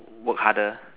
work harder